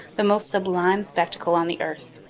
the most sublime spectacle on the earth.